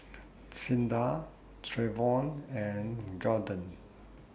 Cinda Trayvon and Garden